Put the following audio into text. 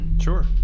Sure